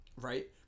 right